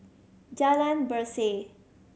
Jalan Berseh